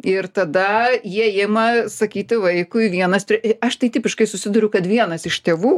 ir tada jie ima sakyti vaikui vienas aš tai tipiškai susiduriu kad vienas iš tėvų